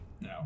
No